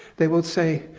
they will say,